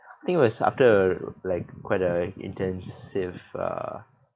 I think it was after uh like quite a intensive uh